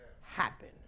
happen